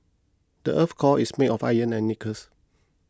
the earth's core is made of iron and nickels